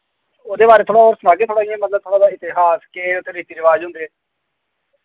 ओह्दे बारे थोह्ड़ा और सनागे थोह्ड़ा इ'यां मतलब थोह्ड़ा उ'दा इतिहास केह् उ'दे रीती रवाज होंदे हे